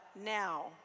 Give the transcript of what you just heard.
now